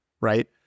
right